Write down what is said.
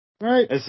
Right